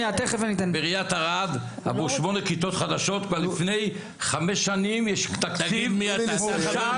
בעיריית ערד עבור שמונה כיתות חדשות כבר מלפני חמש שנים יש תקציב מועצה,